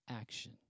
action